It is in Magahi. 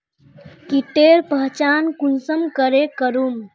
कीटेर पहचान कुंसम करे करूम?